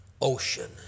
ocean